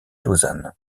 lausanne